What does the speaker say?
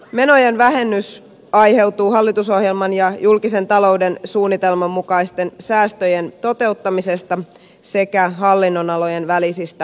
menojen vähennys aiheutuu hallitusohjelman ja julkisen talouden suunnitelman mukaisten säästöjen toteuttamisesta sekä hallinnonalojen välisistä siirroista